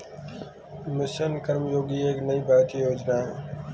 mission Karmayogi एक नई भारतीय योजना है